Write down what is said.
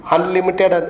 Unlimited